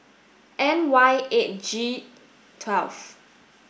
N Y eight G twelfth